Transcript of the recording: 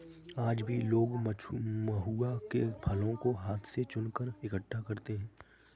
आज भी लोग महुआ के फलों को हाथ से चुनकर इकठ्ठा करते हैं